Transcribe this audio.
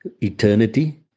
eternity